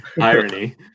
Irony